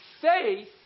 faith